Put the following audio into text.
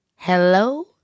Hello